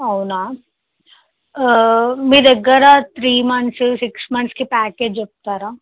అవునా మీ దగ్గర త్రీ మంత్స్ సిక్స్ మంత్స్కి ప్యాకేజ్ చెప్తారా